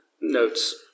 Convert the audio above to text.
notes